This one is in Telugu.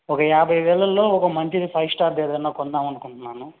ఒక యాబై వేలల్లో ఒక మంచిది ఫైవ్స్టార్ది ఏదైనా కొందామనుకుంటున్నాను